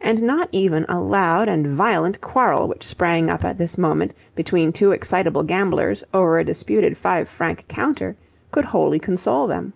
and not even a loud and violent quarrel which sprang up at this moment between two excitable gamblers over a disputed five-franc counter could wholly console them.